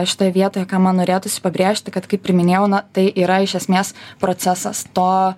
šitoje vietoje ką man norėtųsi pabrėžti kad kaip ir minėjau na tai yra iš esmės procesas to